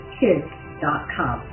kids.com